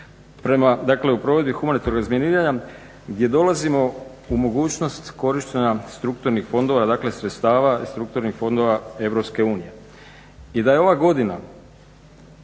prema, dakle u provedbi humanitarnog razminiranja gdje dolazimo u mogućnost korištenja strukturnih fondova, dakle sredstava iz strukturnih fondova EU. I da je ova godina